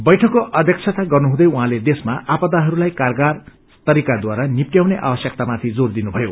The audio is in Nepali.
बैठककाके अध्यक्षता गर्नुहुँदैउहाँले देशमा आपदाहरूलाई कारगर तरीकाद्वारा निप्टयाउने आवश्यकतामाथि जोर दिनुभयो